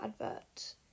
advert